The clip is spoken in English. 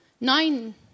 nine